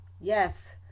Yes